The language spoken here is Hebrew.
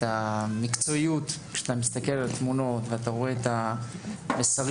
המקצועיות כשאתה מסתכל על תמונות ורואה את המסרים.